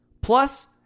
Plus